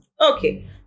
okay